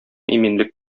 иминлек